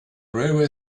railway